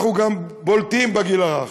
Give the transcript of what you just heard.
אנחנו גם בולטים בגיל הרך,